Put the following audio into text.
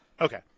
Okay